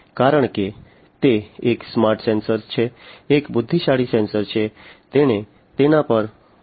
કારણ કે તે એક સ્માર્ટ સેન્સર છે એક બુદ્ધિશાળી સેન્સર છે તેણે તેના પર વસ્તુઓ કરવી પડશે